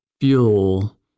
fuel